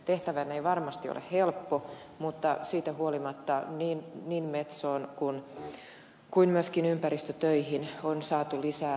tehtävänne ei varmasti ole helppo mutta siitä huolimatta niin metsoon kuin myöskin ympäristötöihin on saatu lisää panostusta